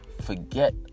forget